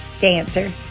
dancer